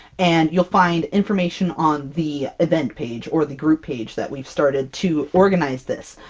and you'll find information on the event page or the group page that we've started to organize this.